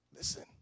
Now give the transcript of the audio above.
Listen